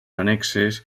annexes